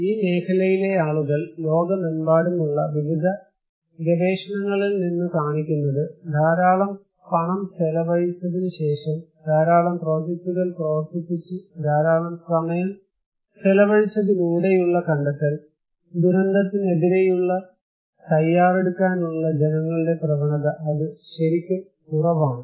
ഈ മേഖലയിലെ ആളുകൾ ലോകമെമ്പാടുമുള്ള വിവിധ ഗവേഷണങ്ങളിൽ നിന്ന് കാണിക്കുന്നത് ധാരാളം പണം ചെലവഴിച്ചതിന് ശേഷം ധാരാളം പ്രോജക്ടുകൾ പ്രവർത്തിപ്പിച്ച് ധാരാളം സമയം ചെലവഴിച്ചതിലൂടെയുള്ള കണ്ടെത്തൽ ദുരന്തത്തിനെതിരെ തയ്യാറെടുക്കാനുള്ള ജനങ്ങളുടെ പ്രവണത അത് ശരിക്കും കുറവാണ്